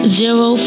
zero